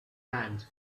hand